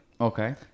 Okay